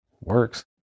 Works